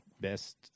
best